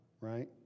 right